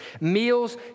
Meals